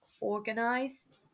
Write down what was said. Organized